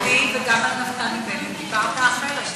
גם על הבית היהודי וגם על נפתלי בנט דיברת אחרת.